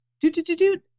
do-do-do-do